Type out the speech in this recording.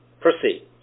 proceed